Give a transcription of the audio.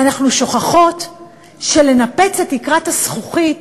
ואנחנו שוכחות שלנפץ את תקרת הזכוכית